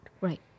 Right